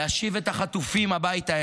להשיב את החטופים הביתה,